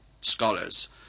scholars